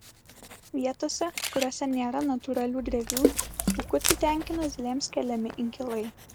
vietose kuriose nėra natūralių drevių bukutį tenkina zylėms keliami inkilai